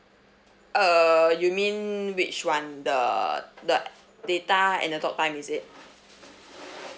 err you mean which one the the uh data and the talk time is it